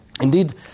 Indeed